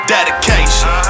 Dedication